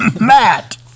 Matt